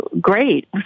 Great